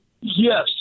Yes